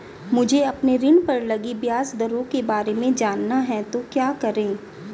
मुझे अपने ऋण पर लगी ब्याज दरों के बारे में जानना है तो क्या करें?